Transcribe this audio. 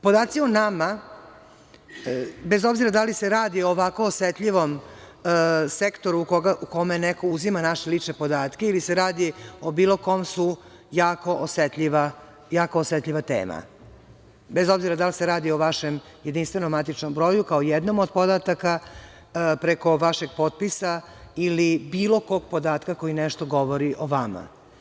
Podaci o nama, bez obzira da li se radi o ovako osetljivom sektoru u kome neko uzima naše lične podatke ili se radi o bilo kom su jako osetljiva tema, bez obzira da li se radi o vašem JMB kao jednom od podataka, preko vašeg potpisa ili bilo kog podatka koji nešto govori o vama.